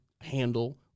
handle